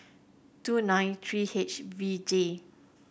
two nine three H V J